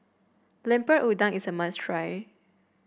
Lemper Udang is a must try